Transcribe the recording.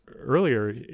earlier